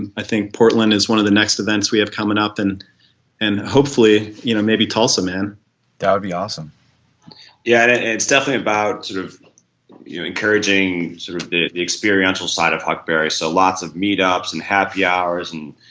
and i think portland is one of the next events we have coming up and and hopefully you know maybe toss them in got to be awesome yeah. it's definitely about sort of encouraging sort of the the experiential side of huckberry, so lots of meet ups and happy hours and